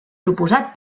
proposat